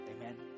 Amen